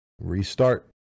restart